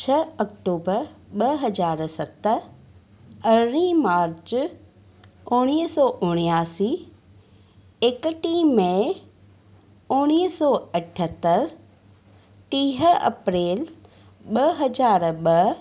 छह अक्टूबर ॿ हज़ार सतरि अरिड़हीं मार्च उणिवीह सौ उणियासी एकटीह मेय उणिवीह सौ अठहतरि टीह अप्रैल ॿ हज़ार ॿ